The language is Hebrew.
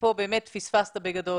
ופה באמת פספסת בגדול,